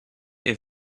est